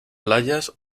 playas